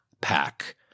Pack